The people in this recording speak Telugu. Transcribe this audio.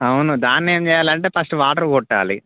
అవును దాన్నేం చెయ్యాలంటే ఫస్ట్ వాటర్ కొట్టాలి